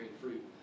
fruit